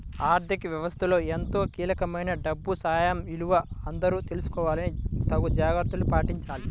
ఆర్ధిక వ్యవస్థలో ఎంతో కీలకమైన డబ్బు సమయ విలువ అందరూ తెలుసుకొని తగు జాగర్తలు పాటించాలి